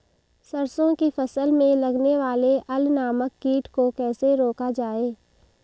सरसों की फसल में लगने वाले अल नामक कीट को कैसे रोका जाए?